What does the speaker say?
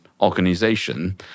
organization